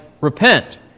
repent